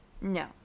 No